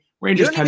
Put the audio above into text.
Rangers